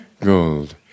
gold